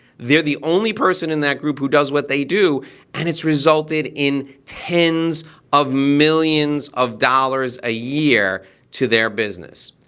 they're the only person in that group who does what they do and it's resulted in tens of millions of dollars a year to their business.